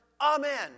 Amen